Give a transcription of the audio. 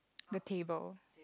the table